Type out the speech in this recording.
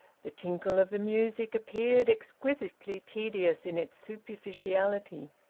the tinkle of the music appeared exquisitely tedious in its superficiality.